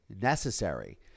necessary